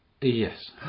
yes